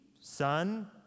Son